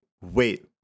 wait